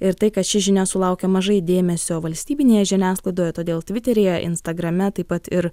ir tai kad ši žinia sulaukė mažai dėmesio valstybinėje žiniasklaidoje todėl tviteryje instagrame taip pat ir